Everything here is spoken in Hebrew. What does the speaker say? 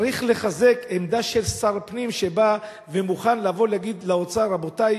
צריך לחזק עמדה של שר פנים שבא ומוכן להגיד לאוצר: רבותי,